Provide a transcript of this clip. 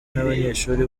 n’abanyeshuri